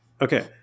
okay